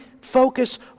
focus